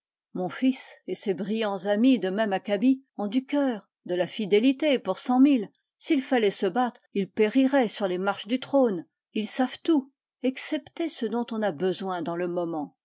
mon fils et ses brillants amis de même acabit ont du coeur de la fidélité pour cent mille s'il fallait se battre ils périraient sur les marches du trône ils savent tout excepté ce dont on a besoin dans le moment